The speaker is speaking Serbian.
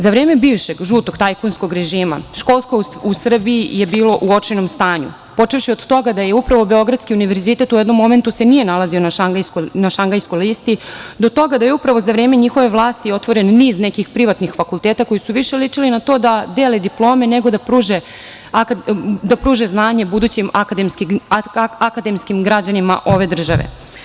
Za vreme bivšeg žutog tajkunskog režima školstvo u Srbiji je bilo u očajnom stanju, počevši od toga da je upravo Beogradski univerzitet u jednom momentu se nije nalazio na Šangajskoj listi, do toga da je upravo za vreme njihove vlasti otvoreno niz nekih privatnih fakulteta koji su više ličili na to da dele diplome, nego da pruže znanje budućim akademskim građanima ove države.